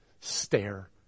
Stare